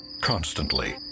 Constantly